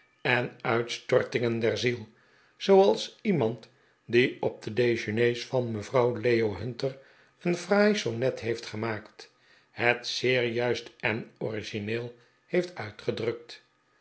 en uitstortingen der ziel zooals iemand die op de dejeuners van mevrouw leo hunter een fraai sonnet heeft gemaakt het zeer juist en origineel heeft uitgedrukt